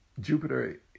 jupiter